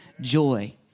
Joy